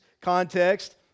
context